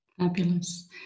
Fabulous